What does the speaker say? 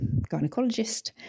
gynecologist